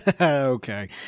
Okay